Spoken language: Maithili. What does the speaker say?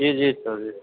जी जी सर जी